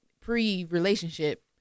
pre-relationship